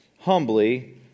Humbly